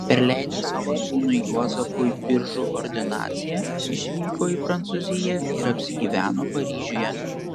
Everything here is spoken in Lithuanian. perleidęs savo sūnui juozapui biržų ordinaciją išvyko į prancūziją ir apsigyveno paryžiuje